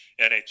NHL